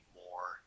more